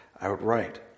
outright